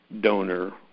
donor